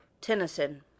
Tennyson